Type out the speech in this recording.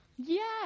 Yes